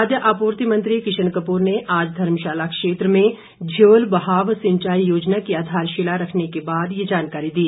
खाद्य आपूर्ति मंत्री किशन कपूर ने आज धर्मशाला क्षेत्र में झियोल बहाव सिंचाई योजना की आधारशिला रखने के बाद ये जानकारी दी